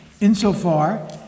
insofar